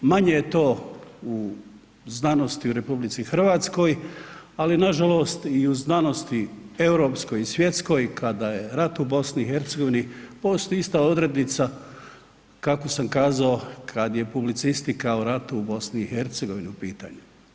Manje je to u znanosti u RH, ali nažalost i u znanosti europskoj i svjetskoj kada je rat u BiH postoji ista odrednica kako sam kazao kad je publicistika o ratu u BiH u pitanju.